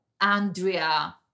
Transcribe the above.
Andrea